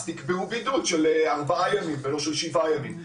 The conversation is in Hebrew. אז תקבעו בידוד של ארבעה ימים ולא של שבעה ימים.